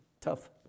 Tough